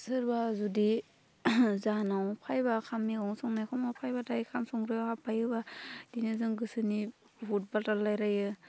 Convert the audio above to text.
सोरबा जुदि जोंहानाव फैबा खाम मैगं संनाय समाव फैबाथाय ओंखाम संग्रायाव हाबफायोबा बिदिनो जों गोसोनि बहुथ बाथ्रा रायलायो